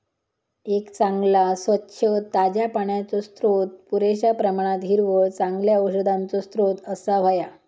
एक चांगला, स्वच्छ, ताज्या पाण्याचो स्त्रोत, पुरेश्या प्रमाणात हिरवळ, चांगल्या औषधांचो स्त्रोत असाक व्हया